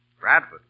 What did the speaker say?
Bradford